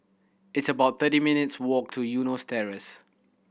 it's about thirty minutes' walk to Eunos Terrace